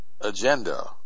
agenda